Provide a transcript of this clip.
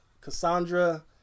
Cassandra